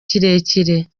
kirekire